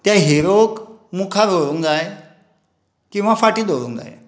त्या हिरोक मुखार व्हरूंक जाय किंवा फाटीं दवरूंक जाय